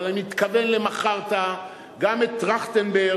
אבל אני מתכוון ל"מכרת" גם את טרכטנברג,